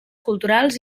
culturals